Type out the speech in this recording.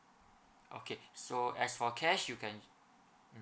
okay so as for cash you can mm